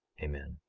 amen.